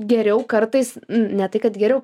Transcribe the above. geriau kartais ne tai kad geriau